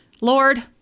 Lord